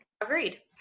Agreed